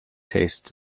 tastes